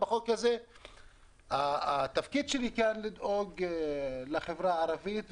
בחוק הזה התפקיד שלי כאן הוא לדאוג לחברה הערבית,